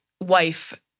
wife